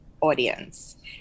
audience